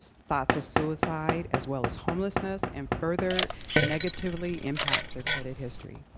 thoughts of suicide, as well as homelessness, and further negatively impacts their credit history.